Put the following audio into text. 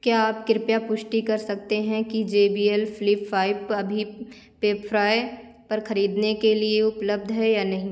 क्या आप कृपया पुष्टि कर सकते हैं कि J B L flip five अभी पेपरफ्राय पर खरीदने के लिए उपलब्ध है या नहीं